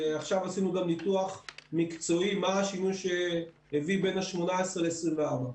עכשיו עשינו גם ניתוח מקצועי מה השינוי בין ה-18 ל-24.